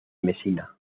mesina